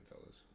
fellas